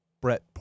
Brett